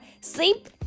sleep